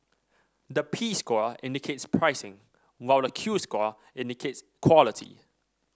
the P score indicates pricing while the Q score indicates quality